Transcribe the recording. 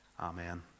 Amen